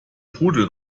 pudel